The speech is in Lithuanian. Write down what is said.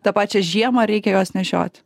tą pačią žiemą ar reikia juos nešioti